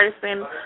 person